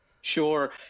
Sure